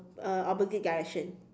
uh opposite direction